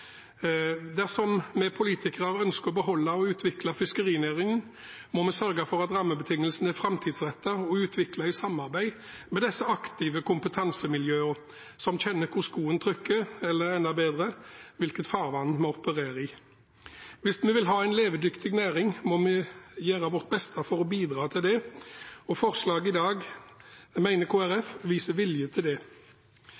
Dersom vi politikere ønsker å beholde og utvikle fiskerinæringen, må vi sørge for at rammebetingelsene er framtidsrettede og utviklet i samarbeid med disse aktive kompetansemiljøene, som kjenner hvor skoen trykker, eller – enda bedre – hvilket farvann vi opererer i. Hvis vi vil ha en levedyktig næring, må vi gjøre vårt beste for å bidra til det. Forslaget i dag mener Kristelig Folkeparti viser vilje til det.